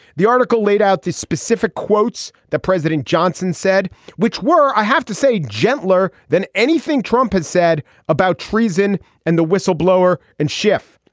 the article laid out the specific quotes that president johnson said which were i have to say gentler than anything trump has said about treason and the whistleblower and schiff.